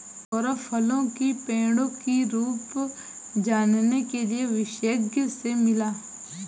सौरभ फलों की पेड़ों की रूप जानने के लिए विशेषज्ञ से मिला